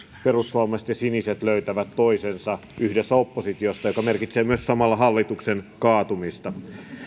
perussuomalaiset ja siniset löytävät toisensa yhdessä oppositiosta mikä merkitsee myös samalla hallituksen kaatumista